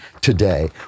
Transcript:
today